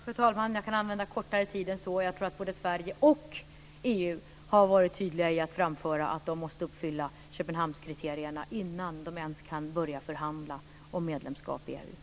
Fru talman! Jag tror att både Sverige och EU har varit tydliga i fråga om att framföra att Turkiet måste uppfylla Köpenhamnskriterierna innan de ens kan börja förhandla om medlemskap i EU.